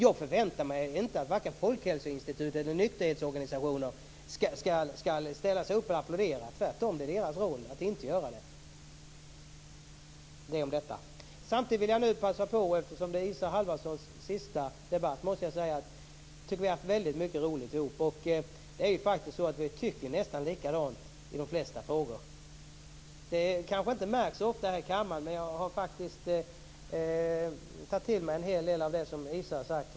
Jag förväntar mig inte att vare sig Folkhälsoinstitutet eller nykterhetsorganisationerna skall ställa sig upp och applådera. Tvärtom är det deras roll att inte göra det. Eftersom det är Isa Halvarssons sista debatt vill jag passa på att säga att jag tycker att vi har haft väldigt mycket roligt ihop. Vi tycker faktiskt nästan likadant i de flesta frågor. Det kanske inte märks så ofta här i kammaren. Men jag har faktiskt tagit till mig en hel del av det som Isa Halvarsson har sagt.